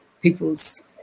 people's